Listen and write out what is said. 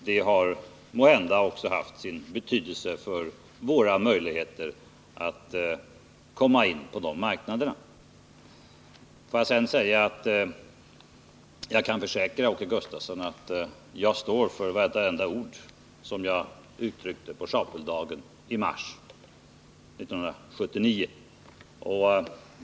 Den har måhända haft sin betydelse för våra möjligheter att komma in på de marknaderna. Jag vill sedan försäkra Åke Gustavsson att jag står för vartenda ord som jag uttryckte på Sharpevilledagen i mars 1979.